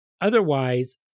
Otherwise